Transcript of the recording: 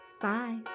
Bye